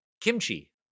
kimchi